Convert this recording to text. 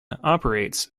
operates